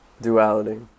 Duality